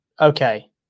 Okay